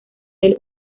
del